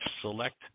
select